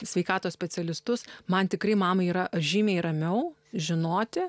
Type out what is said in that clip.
sveikatos specialistus man tikrai mamai yra žymiai ramiau žinoti